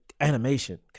animation